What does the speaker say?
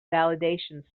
validation